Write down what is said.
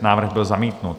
Návrh byl zamítnut.